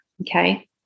Okay